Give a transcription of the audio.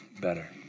better